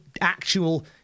actual